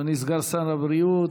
אדוני סגן שר הבריאות,